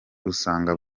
usanga